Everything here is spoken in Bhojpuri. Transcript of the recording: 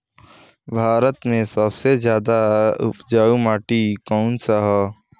भारत मे सबसे ज्यादा उपजाऊ माटी कउन सा ह?